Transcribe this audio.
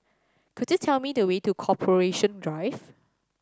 could you tell me the way to Corporation Drive